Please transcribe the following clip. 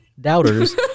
doubters